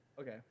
Okay